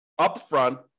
upfront